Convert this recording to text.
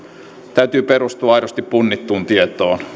täytyy perustua aidosti punnittuun tietoon